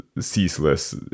ceaseless